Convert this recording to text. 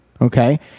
Okay